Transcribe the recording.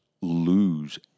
lose